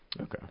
Okay